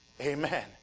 Amen